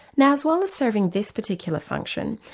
now as well as serving this particular function,